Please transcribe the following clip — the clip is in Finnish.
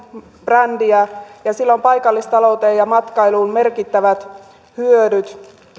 brändiä ja sillä on paikallistalouteen ja matkailuun merkittävät hyödyt